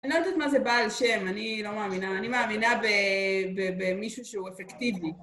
אני לא יודעת מה זה בעל שם, אני לא מאמינה, אני מאמינה במישהו שהוא אפקטיבי.